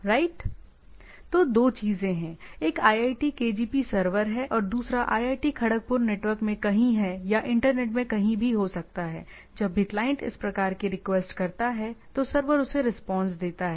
दो चीजें हैं एक iitkgp सर्वर हैं और दूसरा आईआईटी खड़गपुर नेटवर्क में कहीं है या इंटरनेट में कहीं भी हो सकता हैजब भी क्लाइंट इस प्रकार की रिक्वेस्ट करता है तो सर्वर उसे रिस्पांस देता है